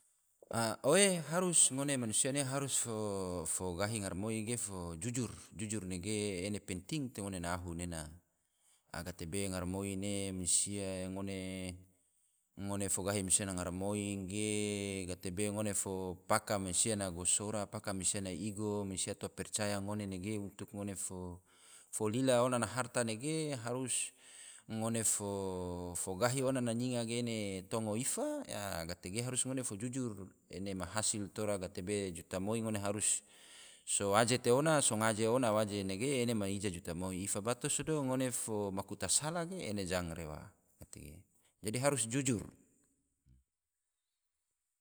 A oe harus, ngone manusia ne harus fo gahi garamoi ge fo jujur, jujur nege ene yo penting te ngone na ahu nena, a gatebe garamoi ne mansia ngone fo gahi mansia na garamoi ge, gatebe ngone fo paka mansia na gosora, paka mansia na igo, mansia to percaya ngone nege untuk ngone fo lila ona na harta nege harus ngone fo gahi ona na nyinga ge ene tongo ifa, gatege harus ngone fo jujur, ene ma hasil tora gatebe juta moi, ngone harus so waje te ona, so ngaje ona waje nege ena ma ija juta moi, ifa bato sodo ngone fo maku tasala ge ena jang rewa. dadi harus jujur